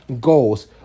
Goals